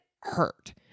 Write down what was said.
hurt